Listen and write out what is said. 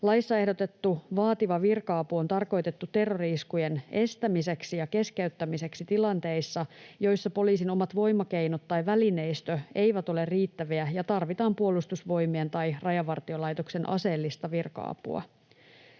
Laissa ehdotettu vaativa virka-apu on tarkoitettu terrori-iskujen estämiseksi ja keskeyttämiseksi tilanteissa, joissa poliisin omat voimakeinot tai välineistö eivät ole riittäviä ja tarvitaan Puolustusvoimien tai Rajavartiolaitoksen aseellista virka-apua.